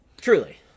Truly